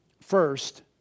First